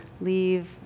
leave